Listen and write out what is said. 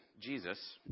Jesus